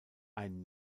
ein